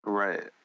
right